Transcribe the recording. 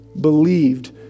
believed